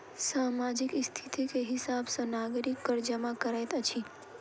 सामाजिक स्थिति के हिसाब सॅ नागरिक कर जमा करैत अछि